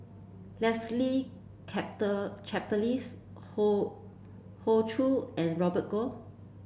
Leslie Charteris Hoey Hoey Choo and Robert Goh